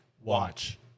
Watch